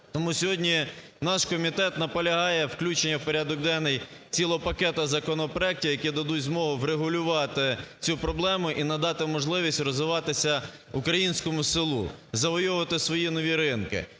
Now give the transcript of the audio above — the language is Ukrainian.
Тому сьогодні наш комітет наполягає включення в порядок денний цілого пакету законопроектів, які дадуть змогу врегулювати цю проблему і надати можливість розвиватися українському селу, завойовувати свої нові ринки.